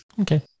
Okay